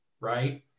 Right